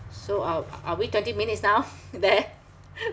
so are are we twenty minutes now there